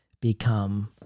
become